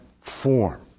form